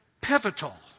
pivotal